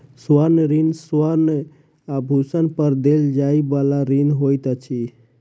स्वर्ण ऋण स्वर्ण आभूषण पर देल जाइ बला ऋण होइत अछि